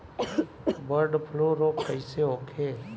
Bird flu रोग कईसे होखे?